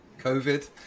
COVID